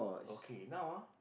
okay now ah